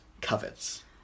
covets